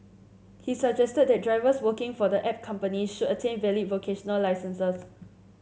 he suggested that drivers working for the app companies should attain valid vocational licences